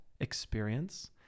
experience